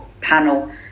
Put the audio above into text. panel